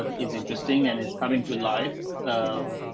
um is interesting and it's coming to life. um,